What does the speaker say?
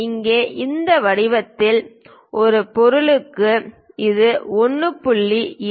இங்கே இந்த வடிவத்தின் ஒரு பொருளுக்கு இது 1